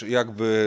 jakby